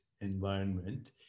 environment